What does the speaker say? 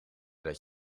dat